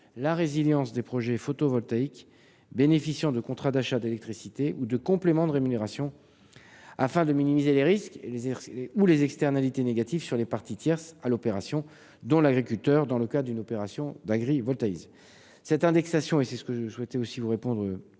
la résilience des projets photovoltaïques bénéficiant de contrats d'achat de l'électricité produite ou de complément de rémunération, afin de minimiser les risques et les externalités négatives sur les parties tierces à l'opération- dont l'agriculteur dans le cas d'une opération d'agrivoltaïsme. Cette indexation pourra toutefois être appelée à évoluer